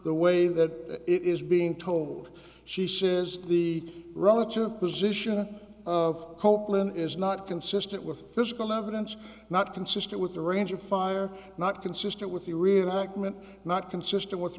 the way that it is being told she says the relative position of copeland is not consistent with physical evidence not consistent with the range of fire not consistent with the rear ackman not consistent with